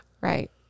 Right